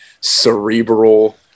cerebral